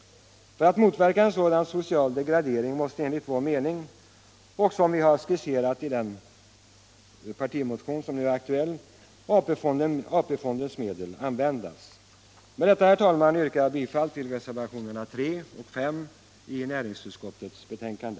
För att motverka en sådan social degradering måste enligt vår mening — som vi har skisserat den i vår partimotion - AP-fondens medel användas. Herr talman! Jag avser att yrka bifall till reservationerna 3 och 5 i näringsutskottets betänkande.